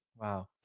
Wow